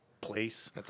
place